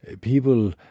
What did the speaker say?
People